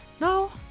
no